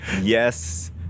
yes